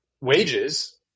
wages